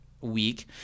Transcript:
week